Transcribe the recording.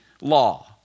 law